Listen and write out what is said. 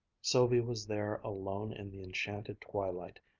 sylvia was there alone in the enchanted twilight,